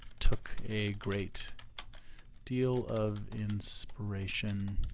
took a great deal of inspiration